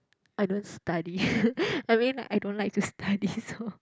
I don't study I mean I don't like to study so